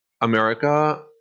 America